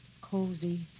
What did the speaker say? cozy